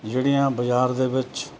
ਜਿਹੜੀਆਂ ਬਜ਼ਾਰ ਦੇ ਵਿੱਚ